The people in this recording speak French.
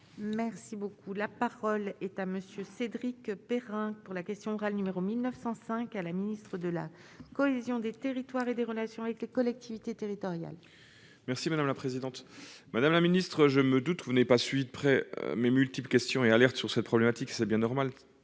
Merci beaucoup, la parole est à Monsieur, Cédric Perrin pour la question orale numéro 1905, à la ministre de la cohésion des territoires et des relations avec les collectivités territoriales. Merci madame la présidente, madame la ministre, je me doute que vous n'est pas suivi de près, mais multiple, questions et alertent sur cette problématique c'est bien normal,